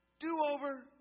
Do-over